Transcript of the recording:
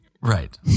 Right